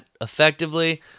effectively